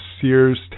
Sears